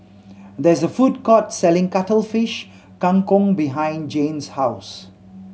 there is a food court selling Cuttlefish Kang Kong behind Jane's house